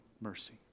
mercy